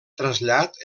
trasllat